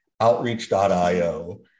Outreach.io